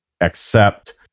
accept